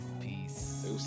peace